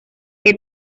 que